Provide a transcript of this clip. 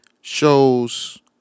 shows